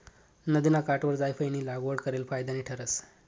नदिना काठवर जायफयनी लागवड करेल फायदानी ठरस